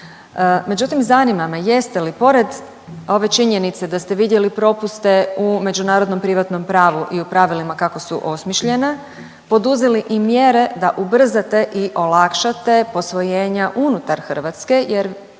Međutim, zanima me jeste li pored ove činjenice da ste vidjeli propuste u međunarodnom privatnom pravu i u pravilima kako su osmišljene, poduzeli i mjere da ubrzate i olakšate posvojenja unutar Hrvatske jer